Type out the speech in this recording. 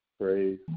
Praise